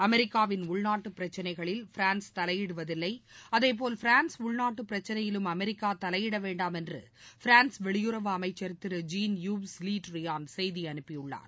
அமெரிக்காவின் உள்நாட்டு பிரச்சனைகளில் பிரான்ஸ் தலையிடுவதில்லை அதேபோல் பிரான்ஸ் உள்நாட்டு பிரச்சனையிலும் அமெரிக்கா தலையிடவேண்டாம் என்று பிரான்ஸ் வெளியுறவு அமம்சர் திரு ஜீன் யுவ்ஸ் லி ட்ரியான் செய்தி அனுப்பியுள்ளார்